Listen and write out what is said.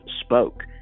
spoke